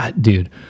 dude